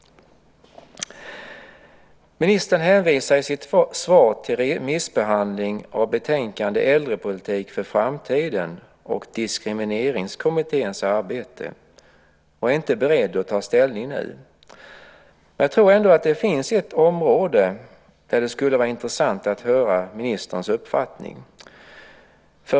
Ministern hänvisar i sitt svar till remissbehandlingen av betänkandet Äldrepolitik för framtiden och Diskrimineringskommitténs arbete, och han är inte beredd att ta ställning nu. Jag tror ändå att det finns ett område där det skulle vara intressant att höra ministerns uppfattning.